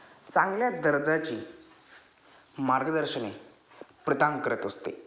चांगल्या दर्जाची मार्गदर्शन प्रदान करत असते